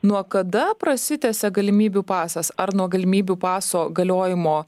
nuo kada prasitęsia galimybių pasas ar nuo galimybių paso galiojimo